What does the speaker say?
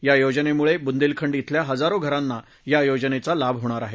या योजनेमुळे बुंदेलखंड शेल्या हजारो घरांना या योजनेचा लाभ होणार आहे